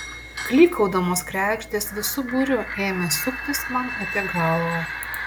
klykaudamos kregždės visu būriu ėmė suktis man apie galvą